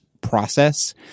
process